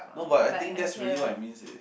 no but I think that's really what it means eh